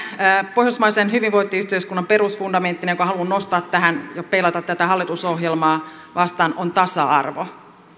pohjoismaisen hyvinvointiyhteiskunnan perusfundamenttina jonka haluan nostaa tähän ja peilata tätä hallitusohjelmaa vastaan on tasa arvo